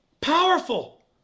Powerful